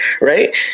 right